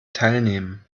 teilnehmen